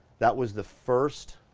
that was the first,